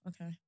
okay